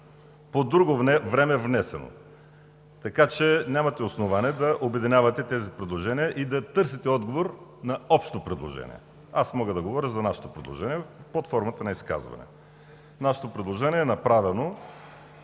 по друго време внесено. Така че нямате основание да обединявате тези предложения и да търсите отговор на общо предложение. Мога да говоря за нашето предложение под формата на изказване. Нашето предложение е направено